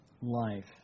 life